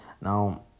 Now